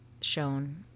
shown